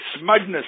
smugness